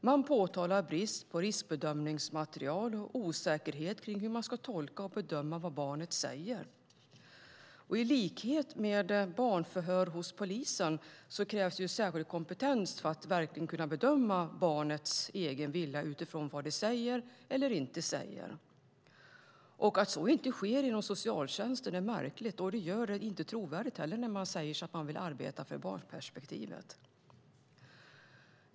Man påtalar brist på riskbedömningsmaterial och osäkerhet kring hur man ska tolka och bedöma det barnet säger. I likhet med barnförhör hos polisen krävs särskild kompetens för att verkligen kunna bedöma barnets egen vilja utifrån vad det säger eller inte säger. Att så inte sker inom socialtjänsten är märkligt, och det gör det inte trovärdigt när man säger sig vilja arbeta för barnperspektivet.